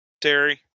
Terry